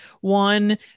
One